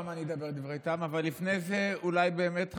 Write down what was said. אבל לפני זה אולי באמת,